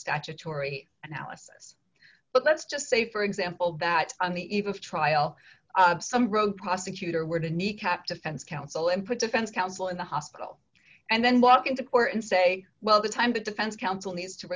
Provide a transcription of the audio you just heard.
statutory analysis but let's just say for example that on the eve of trial some rogue prosecutor were to kneecap defense counsel and put defense counsel in the hospital and then walk into court and say well the time the defense counsel needs to